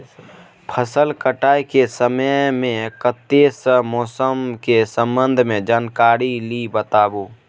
फसल काटय के समय मे कत्ते सॅ मौसम के संबंध मे जानकारी ली बताबू?